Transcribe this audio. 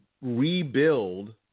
Rebuild